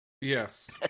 yes